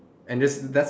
and just that's